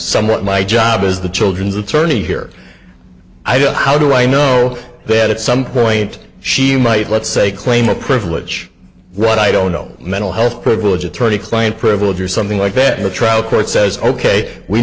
somewhat my job as the children's attorney here i don't how do i know that at some point she might let's say claim a privilege what i don't know mental health privilege attorney client privilege or something like better a trial court says ok we